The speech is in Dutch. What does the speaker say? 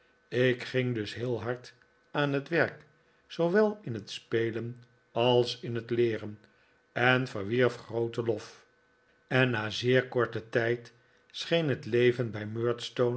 ik ging dus heel hard aan het werk zoowel in het spelen als in het leeren en verwierf grooten lof en na zeer korten tijd scheen het leven